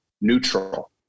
neutral